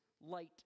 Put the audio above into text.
light